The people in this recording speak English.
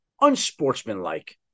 unsportsmanlike